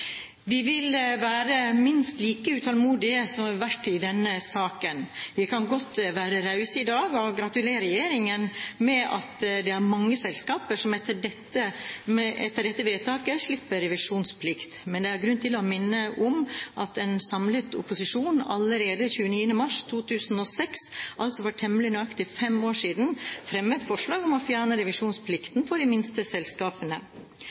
Vi vil være minst like utålmodige som vi har vært i denne saken. Vi kan godt være rause i dag og gratulere regjeringen med at det er mange selskaper som etter dette vedtaket slipper revisjonsplikt, men det er grunn til å minne om at en samlet opposisjon allerede 29. mars 2006 – altså for temmelig nøyaktig fem år siden – fremmet forslag om å fjerne revisjonsplikten for de minste selskapene.